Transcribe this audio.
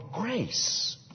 grace